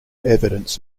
evidence